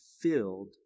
filled